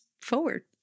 forward